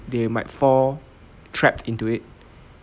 they might fall trapped into it